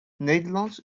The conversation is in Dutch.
nederlands